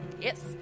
Yes